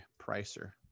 pricer